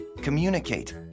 Communicate